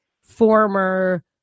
former